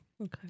Okay